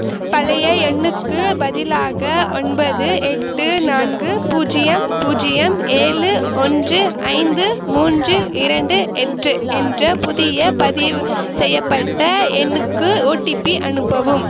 பழைய எண்ணுக்கு பதிலாக ஒன்பது எட்டு நான்கு பூஜ்ஜியம் பூஜ்ஜியம் ஏழு ஒன்று ஐந்து மூன்று இரண்டு எட்டு என்ற புதிய பதிவு செய்யப்பட்ட எண்ணுக்கு ஓடிபி அனுப்பவும்